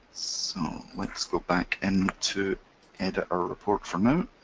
so let's go back in to edit a report for now.